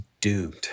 doomed